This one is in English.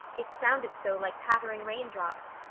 it sounded so like pattering raindrops,